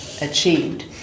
achieved